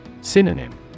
Synonym